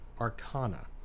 arcana